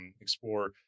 explore